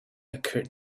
occurred